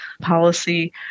policy